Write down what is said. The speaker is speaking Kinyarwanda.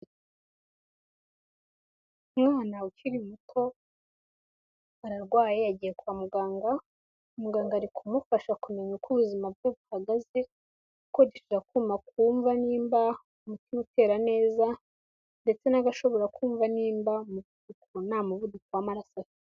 Umwana ukiri muto ararwaye yagiye kwa muganga, umuganga ari kumufasha kumenya uko ubuzima bwe buhagaze kuko afite akuma kumva nimba umutima utera neza ndetse niba ashobora kumva nimba nta mu vuduko w'amaraso afite.